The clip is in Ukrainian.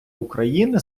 україни